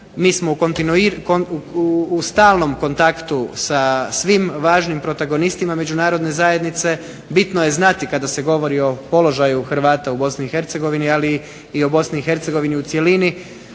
mi smo u stalnom kontaktu sa svim važnim protagonistima međunarodne zajednice, bitno je znati kada se govori o položaju Hrvata u Bosni i Hercegovini,